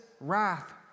wrath